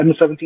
M17